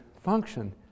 function